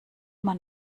man